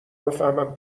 بفهمم